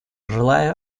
желаю